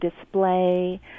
display